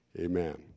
Amen